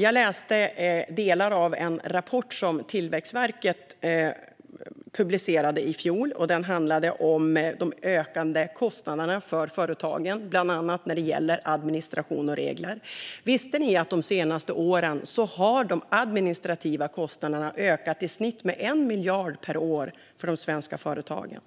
Jag läste delar av en rapport som Tillväxtverket publicerade i fjol. Den handlade om de ökande kostnaderna för företagen, bland annat för administration och regler. Visste ni att de senaste åren har de administrativa kostnaderna ökat med i snitt 1 miljard per år för de svenska företagen?